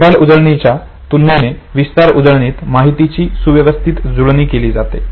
देखभाल उजळणीच्या तुलनेने विस्तार उजळणीत माहितीची व्यवस्थित जुळणी केली जाते